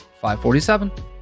547